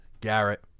Garrett